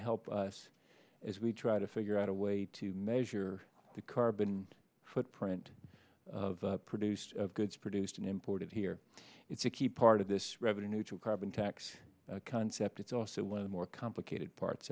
help us as we try to figure out a way to measure the carbon footprint of produced goods produced and imported here it's a key part of this revenue to carbon tax concept it's also one of the more complicated parts